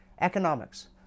economics